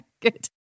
Good